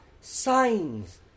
signs